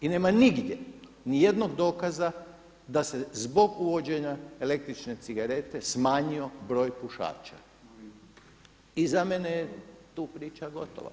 I nema nigdje nijednog dokaza da se zbog uvođenja električne cigarete smanjio broj pušača i za mene je tu priča gotova.